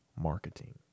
marketing